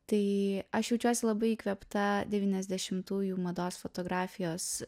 tai aš jaučiuosi labai įkvėpta devyniasdešimtųjų mados fotografijos